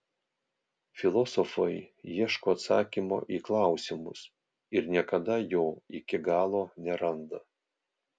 filosofai ieško atsakymo į klausimus ir niekada jo iki galo neranda